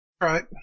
Right